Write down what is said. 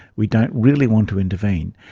we don't really want to intervene.